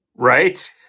right